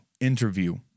interview